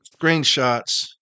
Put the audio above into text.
screenshots